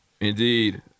indeed